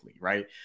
right